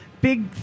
big